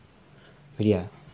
really ah